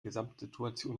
gesamtsituation